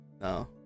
No